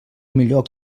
millor